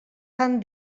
fan